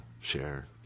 share